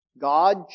God